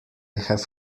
have